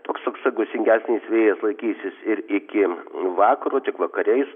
toks toks gūsingesnis vėjas laikysis ir iki vakaro tik vakare jis